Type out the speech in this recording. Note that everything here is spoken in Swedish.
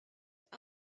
jag